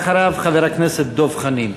ואחריו, חבר הכנסת דב חנין.